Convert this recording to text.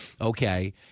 okay